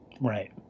Right